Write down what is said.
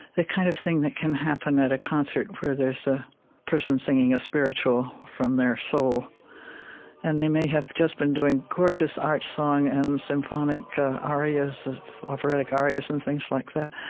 the kind of thing that can happen at a concert where there's a person singing a spiritual from their soul and they may have just been doing gorgeous art song and symphonic arias, operatic arias and things like that,